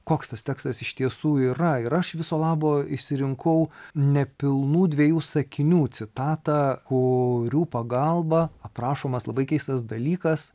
koks tas tekstas iš tiesų yra ir aš viso labo išsirinkau nepilnų dviejų sakinių citatą kurių pagalba aprašomas labai keistas dalykas